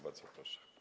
Bardzo proszę.